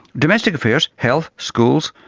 domestic affairs health, schools,